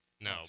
no